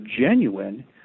genuine